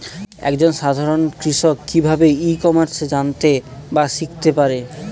এক জন সাধারন কৃষক কি ভাবে ই কমার্সে জানতে বা শিক্ষতে পারে?